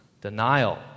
denial